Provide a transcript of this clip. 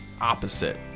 opposite